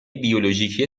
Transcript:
بیولوژیکی